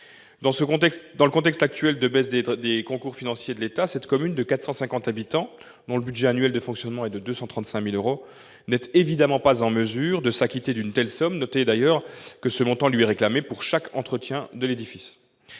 Dans le contexte actuel de baisse des concours financiers de l'État, cette commune de 450 habitants, dont le budget annuel de fonctionnement est de 235 000 euros, n'est évidemment pas en mesure de s'acquitter d'une telle somme. Notez d'ailleurs que ce montant lui est réclamé pour chaque entretien de l'édifice